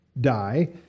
die